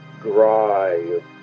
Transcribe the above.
drive